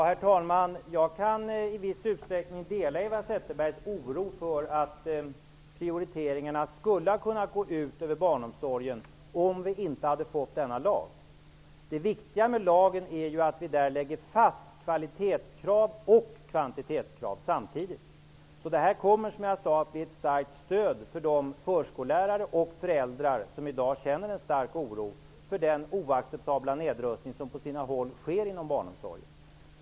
Herr talman! Jag kan i viss utsträckning dela Eva Zetterbergs oro för att prioriteringarna skulle ha kunnat gå ut över barnomsorgen om vi inte hade fått denna lag. Det viktiga med lagen är ju att vi där lägger fast kvalitets och kvantitetskrav samtidigt. Det här kommer, som jag sagt, att bli ett starkt stöd för de förskollärare och föräldrar som i dag känner en stor oro för den oacceptabla nedrustning som på sina håll sker inom barnomsorgen.